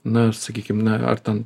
na sakykim na ar ten